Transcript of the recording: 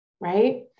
right